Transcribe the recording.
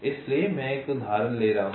इसलिए मैं एक उदाहरण ले रहा हूं